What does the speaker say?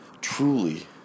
truly